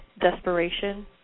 desperation